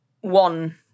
one